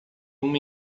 uma